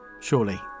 surely